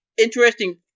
interesting